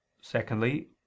Secondly